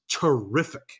terrific